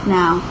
now